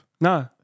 No